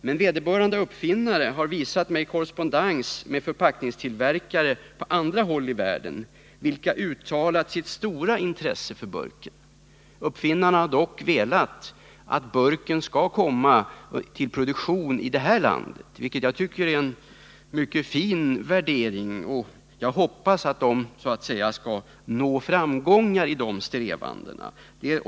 Men vederbörande uppfinnare har visat mig korrespondens med förpackningstillverkare på andra håll i världen, vilka uttalat sitt stora intresse för burken. Uppfinnarna har dock velat att burken skall komma till produktion i det här landet, vilket jag tycker är en mycket fin inställning. Jag hoppas att de skall nå framgångar i de strävandena.